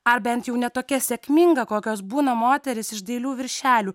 ar bent jau ne tokia sėkminga kokios būna moterys iš dailių viršelių